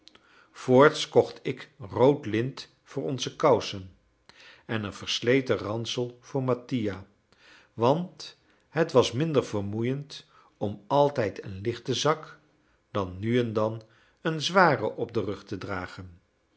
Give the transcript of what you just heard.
voorts kocht ik rood lint voor onze kousen en een versleten ransel voor mattia want het was minder vermoeiend om altijd een lichten zak dan nu en dan een zwaren op den rug te dragen